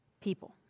people